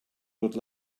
good